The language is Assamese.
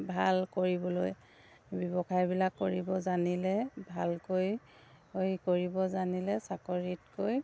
ভাল কৰিবলৈ ব্যৱসায়বিলাক কৰিব জানিলে ভালকৈ কৰিব জানিলে চাকৰিতকৈ